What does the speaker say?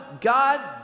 God